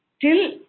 till